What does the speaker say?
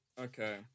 Okay